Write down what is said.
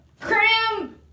cram